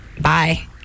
bye